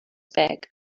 bag